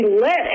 let